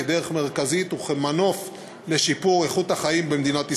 כדרך מרכזית וכמנוף לשיפור איכות החיים במדינת ישראל.